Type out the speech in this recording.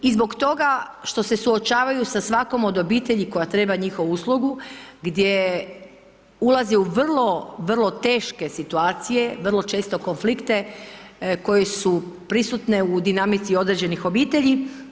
I zbog toga što se suočavaju sa svakom od obitelji koja treba njihovu uslugu gdje ulaze u vrlo, vrlo teške situacije, vrlo često konflikte koji su prisutne u dinamici određenih obitelji.